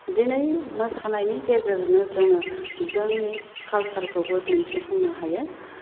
दिनै मोसानायनि गेजेरजोंनो जोङो जोंनि कालचारखौबो दिन्थिफुंनो हायो